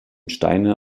steine